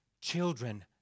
children